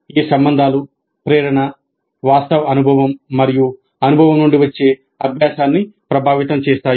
ఈ సంబంధాలు ప్రేరణ వాస్తవ అనుభవం మరియు అనుభవం నుండి వచ్చే అభ్యాసాన్ని ప్రభావితం చేస్తాయి